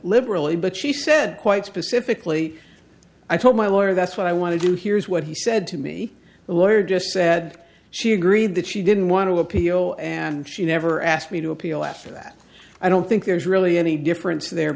liberally but she said quite specifically i told my lawyer that's what i want to do here is what he said to me the lawyer just said she agreed that she didn't want to appeal and she never asked me to appeal after that i don't think there's really any difference there